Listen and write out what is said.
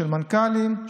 של מנכ"לים,